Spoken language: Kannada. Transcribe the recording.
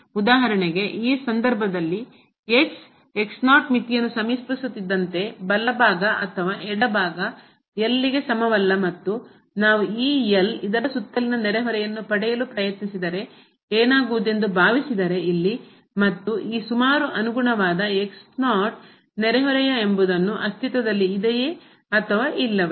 ಉದಾಹರಣೆಗೆ ಈ ಸಂದರ್ಭದಲ್ಲಿ ಮಿತಿಯನ್ನು ಸಮೀಪಿಸುತ್ತಿದ್ದಂತೆ ಬಲ ಭಾಗ ಅಥವಾಎಡ ಭಾಗ ಗೆ ಸಮವಲ್ಲ ಮತ್ತು ನಾವು ಈ ನೆರೆಹೊರೆಯನ್ನು ಪಡೆಯಲು ಪ್ರಯತ್ನಿಸಿದರೆ ಏನಾಗುವುದೆಂದು ಭಾವಿಸಿದರೆ ಇಲ್ಲಿ ಮತ್ತು ಈ ಸುಮಾರು ಅನುಗುಣವಾದ ನೆರೆಹೊರೆಯ ಎಂಬುದನ್ನು ಅಸ್ತಿತ್ವದಲ್ಲಿ ಇದೆಯೇ ಅಥವಾ ಇಲ್ಲವೇ